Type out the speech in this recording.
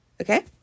Okay